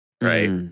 right